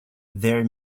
their